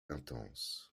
intense